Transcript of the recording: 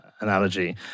analogy